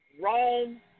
Rome